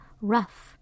rough